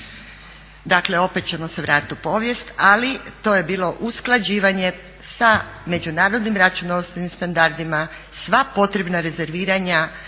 Dakle, opet ćemo se vratiti u povijest, ali to je bilo usklađivanje sa međunarodnim računovodstvenim standardima. Sva potrebna rezerviranja